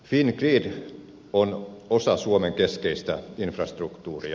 fingrid on osa suomen keskeistä infrastruktuuria